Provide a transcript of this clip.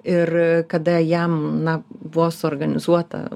ir kada jam na buvo suorganizuota